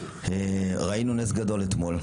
ראינו נס גדול אתמול.